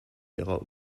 ihrer